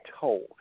told